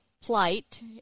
plight